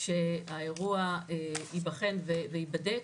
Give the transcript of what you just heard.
שהאירוע ייבחן וייבדק,